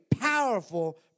powerful